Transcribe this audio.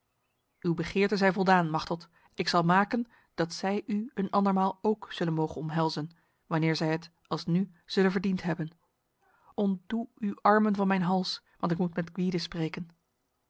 uw begeerte zij voldaan machteld ik zal maken dat zij u een andermaal ook zullen mogen omhelzen wanneer zij het als nu zullen verdiend hebben ontdoe uw armen van mijn hals want ik moet met gwyde spreken